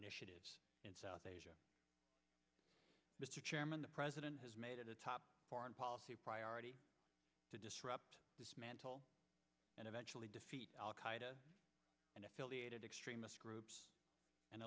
initiatives in south asia mr chairman the president has made it a top foreign policy priority to disrupt dismantle and eventually defeat al qaeda and affiliated extremist groups and